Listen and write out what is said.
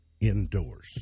indoors